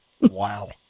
Wow